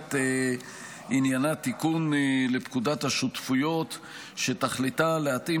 בכנסת עניינה תיקון לפקודת השותפויות שתכליתה להתאים